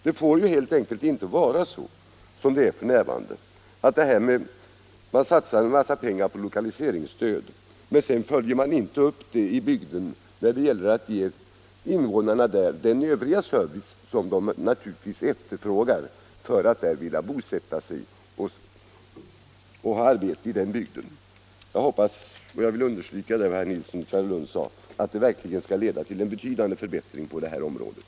Det får helt enkelt inte vara så som det är f. n. att man satsar en massa pengar på lokaliseringsstöd men sedan inte följer upp det när det gäller att ge invånarna den service som de naturligtvis efterfrågar för att vilja bosätta sig och arbeta i den bygden. Om skyldighet för Jag hoppas liksom herr Nilsson att det verkligen skall bli en betydande = politiskt parti att förbättring på detta område.